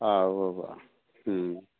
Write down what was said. ആ ഉവ്വാ ഉവ്വാ മ്മ്